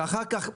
אחר כך מאשימים,